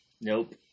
Nope